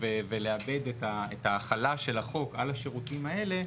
ולעבד את ההחלה של החוק על השירותים האלה,